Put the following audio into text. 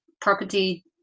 property